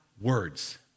words